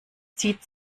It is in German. zieht